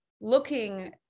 looking